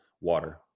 water